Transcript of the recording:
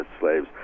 slaves